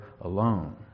alone